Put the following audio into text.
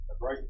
right